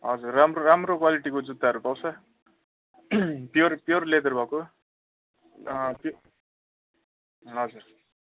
हजुर राम्रो राम्रो क्वालिटीको जुत्ताहरू पाउँछ प्युर प्युर लेदर भएको त्यो हजुर